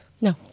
No